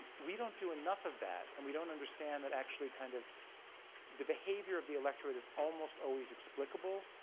we don't do enough of that and we don't understand that actually kind of the behavior of the electorate is almost always explicable.